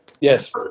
Yes